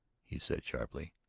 he said sharply.